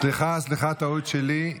סליחה, טעות שלי.